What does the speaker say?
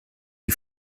die